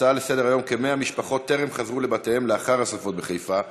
הצעות לסדר-היום בנושא: כמאה משפחות טרם חזרו לבתיהן לאחר השרפות בחיפה,